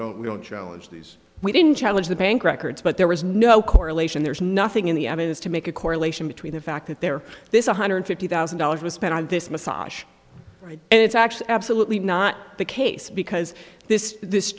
don't we don't challenge these we didn't challenge the bank records but there was no correlation there's nothing in the end is to make a correlation between the fact that there this one hundred fifty thousand dollars was spent on this massage and it's actually absolutely not the case because this this